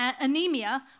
anemia